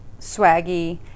Swaggy